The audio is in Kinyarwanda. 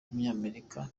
w’umunyamerika